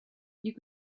you